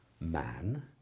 man